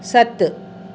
सत